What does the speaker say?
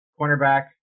cornerback